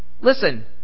Listen